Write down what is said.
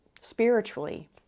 spiritually